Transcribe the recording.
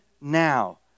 now